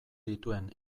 dituen